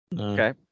Okay